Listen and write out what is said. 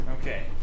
Okay